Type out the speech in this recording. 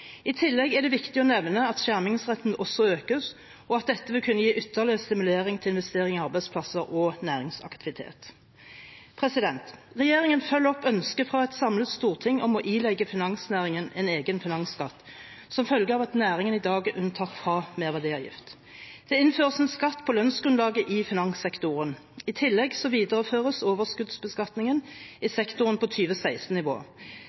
I tillegg er det viktig å nevne at skjermingsrenten også økes, og at dette vil kunne gi ytterligere stimulering til investeringer i arbeidsplasser og næringsaktivitet. Regjeringen følger opp ønsket fra et samlet storting om å ilegge finansnæringen en egen finansskatt som følge av at næringen i dag er unntatt fra merverdiavgift. Det innføres en skatt på lønnsgrunnlaget i finanssektoren. I tillegg videreføres overskuddsbeskatningen i